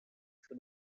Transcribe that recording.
for